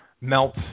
melt